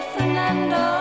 Fernando